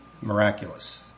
miraculous